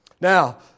Now